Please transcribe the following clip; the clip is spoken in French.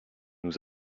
nous